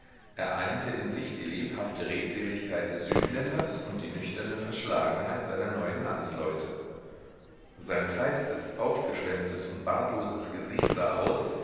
in sich die lebhafte redseligkeit des südländers und die nüchterne verschlagenheit seiner neuen landsleute sein feistes aufgeschwemmtes und bartloses gesicht sah aus